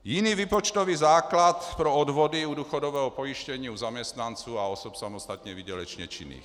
Jiný výpočtový základ pro odvody u důchodového pojištění u zaměstnanců a osob samostatně výdělečně činných.